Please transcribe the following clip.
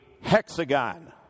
hexagon